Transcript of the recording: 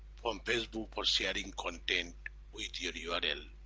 from facebook for sharing content with your your url